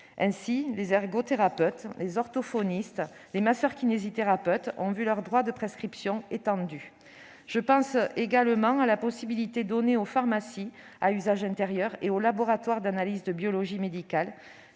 Ainsi, les ergothérapeutes, les orthophonistes et les masseurs-kinésithérapeutes ont vu leurs droits de prescription étendus. Je pense également à la possibilité donnée aux pharmacies à usage intérieur et aux laboratoires d'analyses de biologie médicale